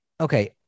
okay